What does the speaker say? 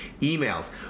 emails